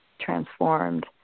transformed